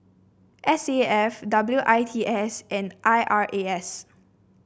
S A F W I T S and I R A S